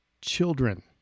children